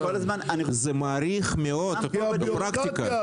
זה מאריך מאוד את הפרקטיקה.